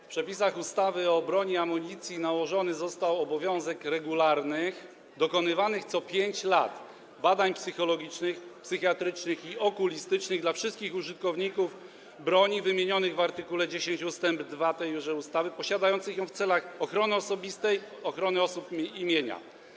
W przepisach ustawy o broni i amunicji nałożony został obowiązek regularnych, dokonywanych co 5 lat, badań psychologicznych, psychiatrycznych i okulistycznych dla wszystkich użytkowników broni, wymienionych w art. 10 ust. 2 tejże ustawy, posiadających ją w celach ochrony osobistej, ochrony osób i mienia.